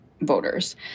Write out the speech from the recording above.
Voters